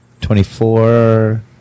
twenty-four